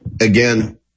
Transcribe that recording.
again